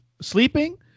sleeping